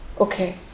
Okay